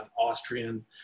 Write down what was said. Austrian